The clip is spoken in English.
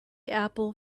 apple